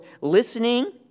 listening